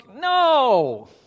No